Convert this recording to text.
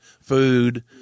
Food